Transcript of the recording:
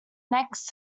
next